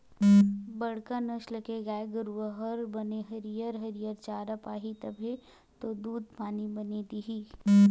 बड़का नसल के गाय गरूवा हर बने हरियर हरियर चारा पाही तभे तो दूद पानी बने दिही